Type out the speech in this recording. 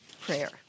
prayer